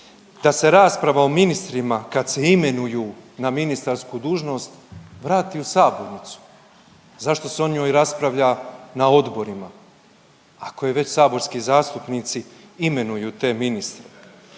da se rasprava o ministrima kad se imenuju na ministarsku dužnost vrati u sabornicu. Zašto se o njoj raspravlja na odborima ako je već saborski zastupnici imenuju te ministre,